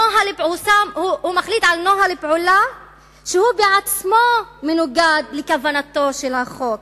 הוא מחליט על נוהל פעולה שהוא עצמו מנוגד לכוונת החוק,